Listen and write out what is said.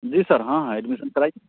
जी sir हाँ हाँ admission कराइए